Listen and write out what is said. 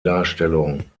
darstellung